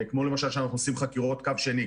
כמו, למשל, שאנחנו עושים חקירות קו שני.